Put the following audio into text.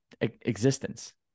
existence